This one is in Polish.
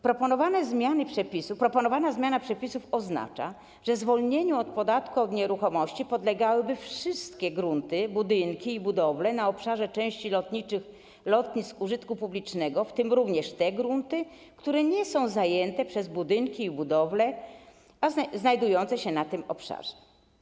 Proponowana zmiana przepisów oznacza, że zwolnieniu od podatku od nieruchomości podlegałyby wszystkie grunty, budynki i budowle na obszarze części lotniczych lotnisk użytku publicznego, w tym również te grunty, które nie są zajęte przez budynki i budowle znajdujące się na tym obszarze.